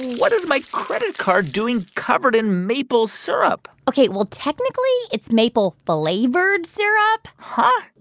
what is my credit card doing covered in maple syrup? ok. well, technically, it's maple-flavored syrup huh?